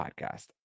podcast